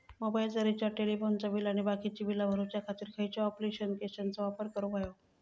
मोबाईलाचा रिचार्ज टेलिफोनाचा बिल आणि बाकीची बिला भरूच्या खातीर खयच्या ॲप्लिकेशनाचो वापर करूक होयो?